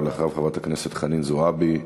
אחריו, חברת הכנסת חנין זועבי,